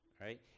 right